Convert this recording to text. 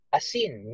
asin